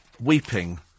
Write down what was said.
weeping